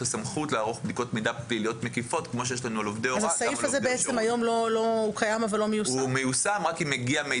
למנהל הכללי שיש בהתנהגותו של העובד משום השפעה מזיקה